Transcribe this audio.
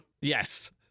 Yes